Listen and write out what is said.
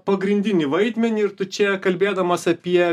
pagrindinį vaidmenį ir tu čia kalbėdamas apie